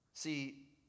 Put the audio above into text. See